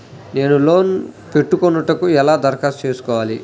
నేను లోన్ పెట్టుకొనుటకు ఎలా దరఖాస్తు చేసుకోవాలి?